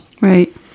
Right